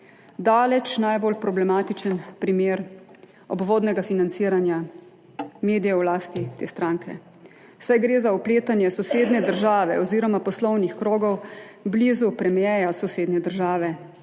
daleč najbolj problematičen primer obvodnega financiranja medijev v lasti te stranke, saj gre za vpletanje sosednje države oziroma poslovnih krogov blizu premierja sosednje države.